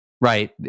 right